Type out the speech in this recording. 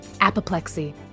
Apoplexy